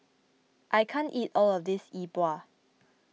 I can't eat all of this Yi Bua